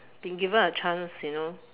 been given a chance you know